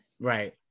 right